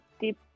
deep